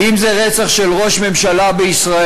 אם זה רצח של ראש ממשלה בישראל,